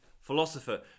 philosopher